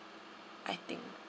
I think